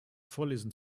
vorlesen